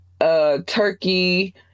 Turkey